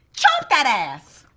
chomp dat ass!